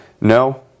No